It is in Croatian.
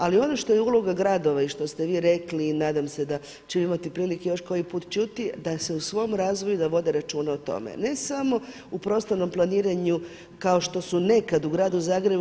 Ali ono što je uloga gradova i što ste vi rekli i nadam se da ćemo imati prilike još koji put čuti da se u svom razvoju, da vode računa o tome ne samo u prostornom planiranju kao što su nekad u gradu Zagrebu.